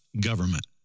government